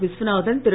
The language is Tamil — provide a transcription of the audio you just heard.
விஸ்வநாதன் திரு